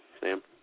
Sam